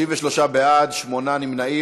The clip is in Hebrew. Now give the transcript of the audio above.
33 בעד, שמונה נמנעים.